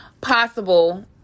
possible